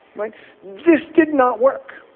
like this did not work.